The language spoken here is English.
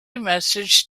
message